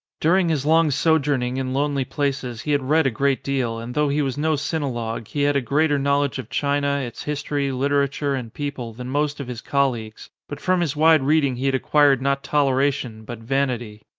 during his long sojourning in lonely places he had read a great deal, and though he was no sinologue he had a greater knowledge of china, its history, literature, and people, than most of his colleagues but from his wide reading he had acquired not toleration but vanity.